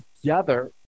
together